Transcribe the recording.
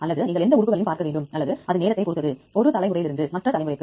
எனவே நீங்கள் எடுத்துக் காட்டாக பார்த்தால் விரைவான தேடலிலும் இதை செய்யலாம்